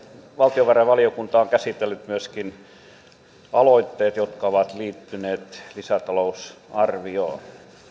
valtiovarainvaliokunta on käsitellyt myöskin aloitteet jotka ovat liittyneet lisätalousarvioon